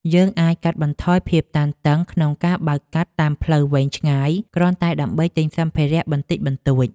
យើងអាចកាត់បន្ថយភាពតានតឹងក្នុងការបើកកាត់តាមផ្លូវវែងឆ្ងាយគ្រាន់តែដើម្បីទិញសម្ភារៈបន្តិចបន្តួច។